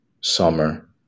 summer